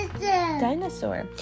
dinosaur